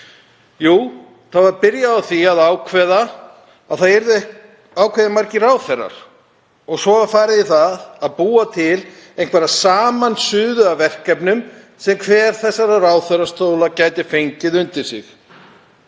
Jú, það var byrjað á því að ákveða að það yrðu þetta margir ráðherrar og svo var farið í að búa til einhverja samansuðu af verkefnum sem hver þessara ráðherrastóla gæti fengið undir sig.